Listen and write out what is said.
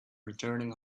returning